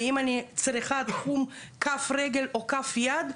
ואם אני צריכה תחום כמו כף רגל או כף יד,